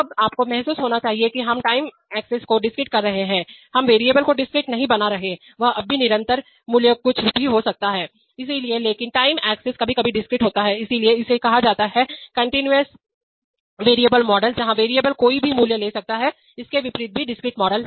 अब आपको महसूस होना चाहिए कि हम टाइम एक्सिस को डिस्क्रीट रहे हैं हम वेरिएबल को डिस्क्रीट नहीं बना रहे हैं वह अभी भी निरंतर चर वेरिएबल मूल्य कुछ भी हो सकता है इसलिए लेकिन टाइम एक्सेस कभी कभी डिस्क्रीट होता है इसलिए इसे कहा जाता है कंटीन्यूअस वेरिएबल मॉडल जहां वेरिएबल कोई भी मूल्य ले सकते हैं इसके विपरीत भी डिस्क्रीट मॉडल